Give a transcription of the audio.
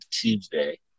Tuesday